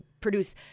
produce